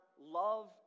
love